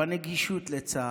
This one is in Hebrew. בנגישות לצה"ל,